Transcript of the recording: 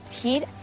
Pete